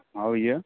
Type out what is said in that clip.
हाँ भैया